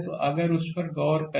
तो अगर उस पर गौर करें